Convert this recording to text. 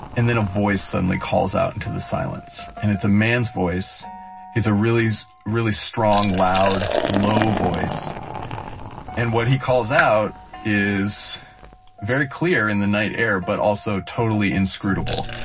and then a voice suddenly calls out into the silence. and it's a man's voice it's a really, really, strong, loud low voice and what he calls out is very clear in the night air, but also totally inscrutable.